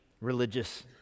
religious